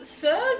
sir